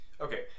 okay